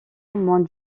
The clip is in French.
moins